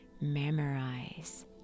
Memorize